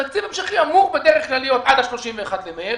תקציב המשכי אמור להיות בדרך כלל עד ה-31 במרס,